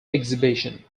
exhibition